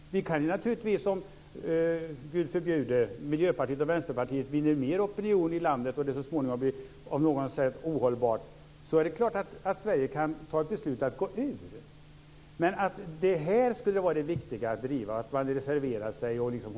Om Miljöpartiet och Vänsterpartiet vinner större opinion i landet, vilket Gud förbjude, och det så småningom på något sätt blir ohållbart, är det klart att Sverige kan fatta ett beslut om att gå ur. Jag tycker inte att detta är det viktiga att driva i reservationer och annat.